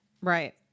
Right